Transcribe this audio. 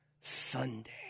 Sunday